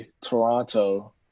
Toronto